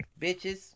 bitches